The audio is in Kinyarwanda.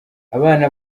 abana